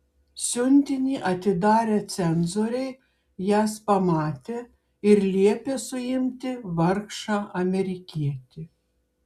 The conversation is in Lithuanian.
siuntinį atidarę cenzoriai jas pamatė ir liepė suimti vargšą amerikietį